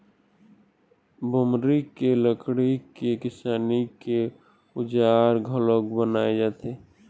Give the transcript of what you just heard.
बमरी के लकड़ी के किसानी के अउजार घलोक बनाए जाथे